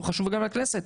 שהוא חשוב גם לכנסת.